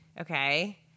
okay